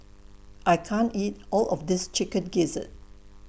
I can't eat All of This Chicken Gizzard